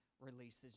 releases